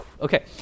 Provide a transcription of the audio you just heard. Okay